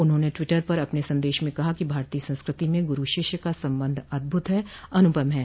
उन्होंने ट्वीटर पर अपने संदेश में कहा कि भारतीय संस्कृति में गुरू शिष्य का संबंध अद्भुत है अनुपम है